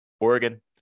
Oregon